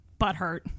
butthurt